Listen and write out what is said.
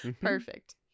Perfect